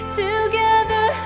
together